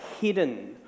hidden